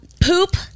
Poop